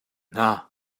hna